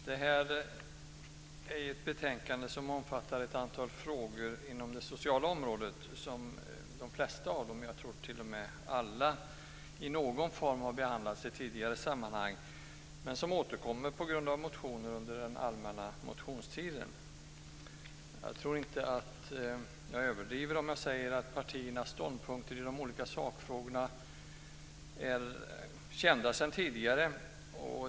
Fru talman! Betänkandet omfattar ett antal frågor inom det sociala området. Jag tror att de flesta, kanske t.o.m. alla, har behandlats i någon form i tidigare sammanhang. De återkommer på grund av motioner under den allmänna motionstiden. Jag tror inte att jag överdriver om jag säger att partiernas ståndpunkter i de olika sakfrågorna är kända sedan tidigare.